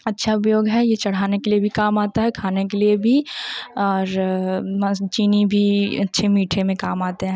अच्छा उपयोग है यह चढ़ाने के लिए भी काम आता है खाने के लिए भी और चीनी भी अच्छे मीठे में काम आते हैं